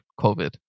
COVID